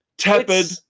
Tepid